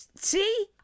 See